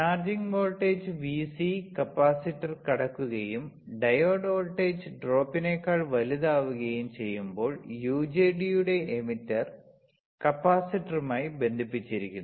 charging voltage Vc capacitor കടക്കുകയും diode voltage ഡ്രോപ്പിനേക്കാൾ വലുതാവുകയും ചെയ്യുമ്പോൾ യുജെടിയുടെ എമിറ്റർ കപ്പാസിറ്ററുമായി ബന്ധിപ്പിച്ചിരിക്കുന്നു